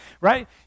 right